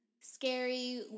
scary